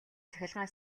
цахилгаан